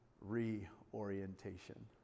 reorientation